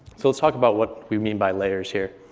so let's talk about what we mean by layers here.